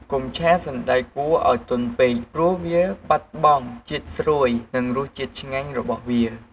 កុំឆាសណ្ដែកគួរឱ្យទន់ពេក ព្រោះវាបាត់បង់ជាតិស្រួយនិងរសជាតិឆ្ងាញ់របស់វា។